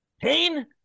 Pain